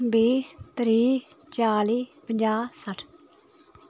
बीह् त्रीह् चाली पंजाह् सठ्ठ